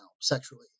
sexually